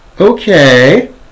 okay